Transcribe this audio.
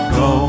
go